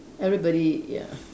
everybody ya